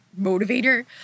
motivator